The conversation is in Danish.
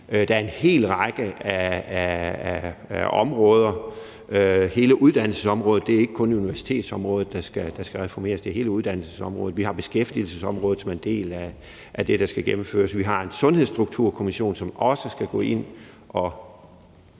Der er en hel række af områder: Hele uddannelsesområdet – ikke kun universitetsområdet – skal reformeres; vi har beskæftigelsesområdet, som er en del af det, der skal gennemføres; vi har en Sundhedsstrukturkommission, som også skal gå ind og